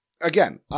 again